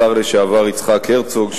השר לשעבר יצחק הרצוג,